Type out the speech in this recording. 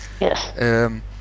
Yes